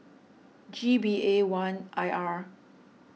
G B A one I R